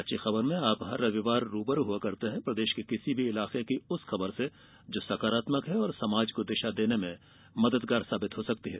अच्छी खबरमें आप हर रविवार रूबरू होते हैं प्रदेश के किसी भी इलाके की उस खबर से जो सकारात्मक है और समाज को दिशा देने में मददगार साबित हो सकती है